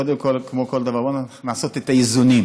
כמו כל דבר, בוא, לעשות את האיזונים.